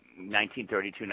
1932